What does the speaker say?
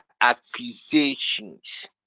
accusations